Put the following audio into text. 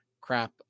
crap